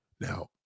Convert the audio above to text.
now